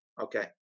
Okay